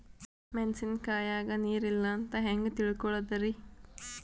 ಮೆಣಸಿನಕಾಯಗ ನೀರ್ ಇಲ್ಲ ಅಂತ ಹೆಂಗ್ ತಿಳಕೋಳದರಿ?